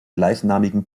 gleichnamigen